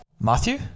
Matthew